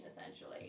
essentially